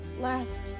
last